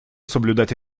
соблюдать